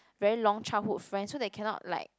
very long childhood friend so they cannot like